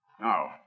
Now